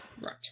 Right